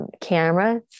camera